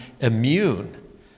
immune